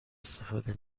استفاده